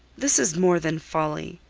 this is more than folly,